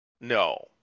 No